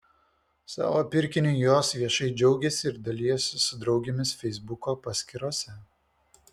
savo pirkiniu jos viešai džiaugėsi ir dalijosi su draugėmis feisbuko paskyrose